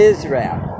Israel